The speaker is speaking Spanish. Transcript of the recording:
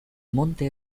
monte